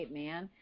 man